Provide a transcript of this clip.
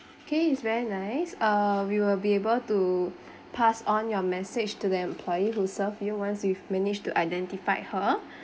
K is very nice uh we will be able to pass on your message to that employee who served you once we managed to identify her